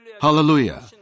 Hallelujah